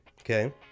Okay